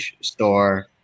store